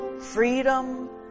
freedom